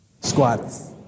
Squats